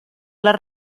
les